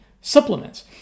supplements